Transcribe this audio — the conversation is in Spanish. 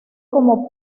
como